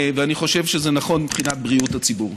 אני חושב שזה נכון מבחינת בריאות הציבור.